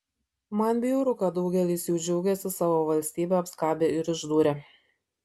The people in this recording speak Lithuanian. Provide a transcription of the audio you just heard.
man bjauru kad daugelis jų džiaugiasi savo valstybę apskabę ir išdūrę